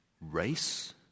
race